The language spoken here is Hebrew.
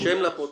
שם לפרוטוקול.